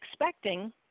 expecting